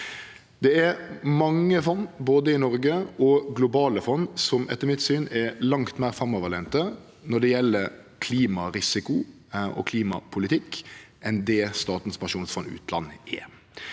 Det er mange fond, både norske og globale, som etter mitt syn er langt meir framoverlente når det gjeld klimarisiko og klimapolitikk, enn det Statens pensjonsfond utland er.